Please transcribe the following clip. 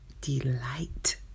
delight